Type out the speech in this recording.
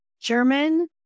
German